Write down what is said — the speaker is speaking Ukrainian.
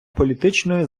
політичної